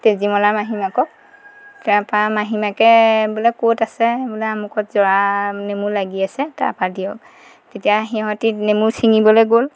তেজীমলাৰ মাহীমাকক তাপা মাহীমাকে বোলে ক'ত আছে বোলে আমুকত জৰা নেমু লাগি আছে তাপা দিয়ক তেতিয়া সিহঁতে নেমু ছিঙিবলৈ গ'ল